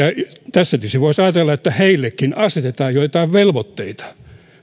tässä tietysti voisi ajatella että markkinaehtoisille toimijoillekin asetetaan joitain velvoitteita